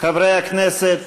חברי הכנסת,